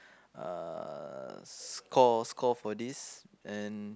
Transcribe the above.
uh score score for this and